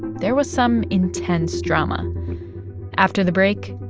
there was some intense drama after the break,